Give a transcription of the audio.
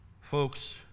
folks